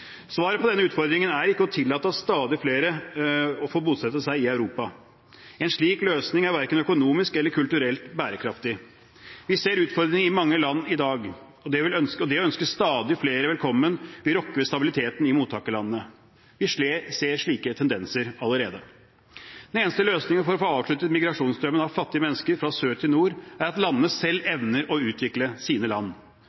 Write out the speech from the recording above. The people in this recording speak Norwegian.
Svaret på denne utfordringen er ikke å tillate at stadig flere får bosette seg i Europa. En slik løsning er verken økonomisk eller kulturelt bærekraftig. Vi ser utfordringer i mange land i dag, og det å ønske stadig flere velkommen vil rokke ved stabiliteten i mottakerlandene. Vi ser slike tendenser allerede. Den eneste løsningen for å få avsluttet migrasjonsstrømmen av fattige mennesker fra sør til nord er at landene selv evner å utvikle seg. I den sammenhengen er det greit å minne oss selv på at også mange land